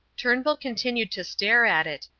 turnbull continued to stare at it,